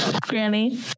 Granny